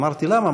אמרתי: למה?